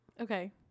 okay